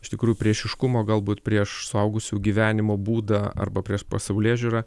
iš tikrųjų priešiškumo galbūt prieš suaugusių gyvenimo būdą arba prieš pasaulėžiūrą